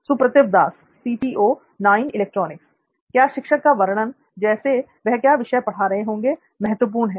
सुप्रतिव दास क्या शिक्षक का वर्णन जैसे वह क्या विषय पढ़ा रहे होंगे महत्वपूर्ण हैं